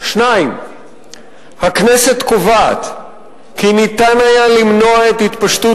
2. הכנסת קובעת כי ניתן היה למנוע את התפשטות